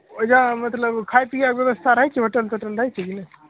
ओहि जग मतलब खाय पियैके व्यवस्था रहै छै होटल तोटल रहै छै कि नहि